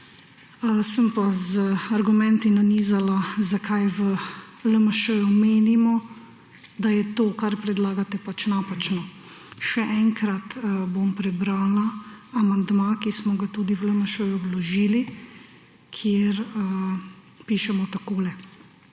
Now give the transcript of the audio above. Sem pa z argumenti nanizala, zakaj v LMŠ menimo, da je to, kar predlagate, pač napačno. Še enkrat bom prebrala amandma, ki smo ga tudi v LMŠ vložili, kjer pišemo takole,